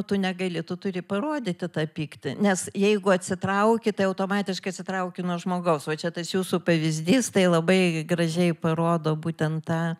tu negali tu turi parodyti tą pyktį nes jeigu atsitrauki tai automatiškai atsitrauki nuo žmogaus o čia tas jūsų pavyzdys tai labai gražiai parodo būtent tą